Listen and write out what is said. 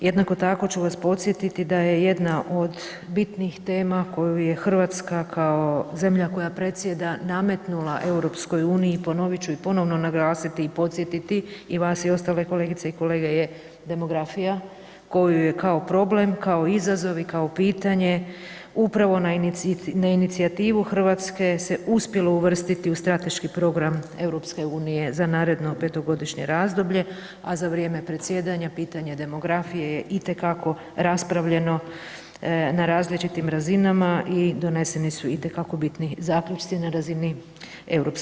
Jednako tako ću vas podsjetiti da je jedna od bitnih tema koju je RH kao zemlja koja predsjeda, nametnula EU, ponovit ću i ponovno naglasiti i podsjetiti i vas i ostale kolegice i kolege, je demografija koju je kao problem, kao izazov i kao pitanje upravo na inicijativu RH se uspjelo uvrstiti u strateški program EU za naredno 5-godišnje razdoblje, a za vrijeme predsjedanja pitanje demografije je itekako raspravljeno na različitim razinama i doneseni su itekako bitni zaključci na razini EU.